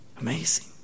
Amazing